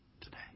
today